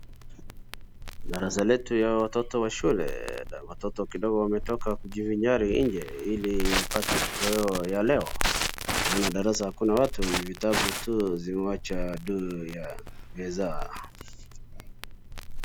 Darasa letu ya watoto wa shule. Watoto kidogo wametoka kujivinjari nje ili wapate kitoweo ya leo. Naona darasa hakuna watu ni vitabu tu zimewachwa juu ya meza.